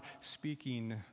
speaking